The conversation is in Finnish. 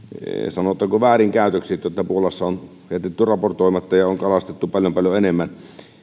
sanotaanko väärinkäytökset että puolassa on jätetty raportoimatta ja on kalastettu paljon paljon enemmän